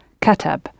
Katab